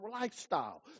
lifestyle